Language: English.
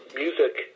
music